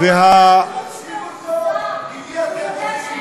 תקשיבו טוב עם מי אתם,